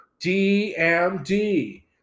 DMD